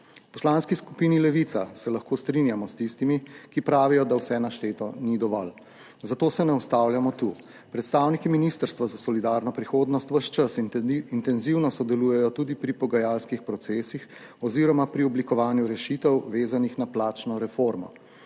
Poslanski skupini Levica se lahko strinjamo s tistimi, ki pravijo, da vse našteto ni dovolj, zato se ne ustavljamo tu. Predstavniki Ministrstva za solidarno prihodnost ves čas intenzivno sodelujejo tudi pri pogajalskih procesih oziroma pri oblikovanju rešitev, vezanih na plačno reformo,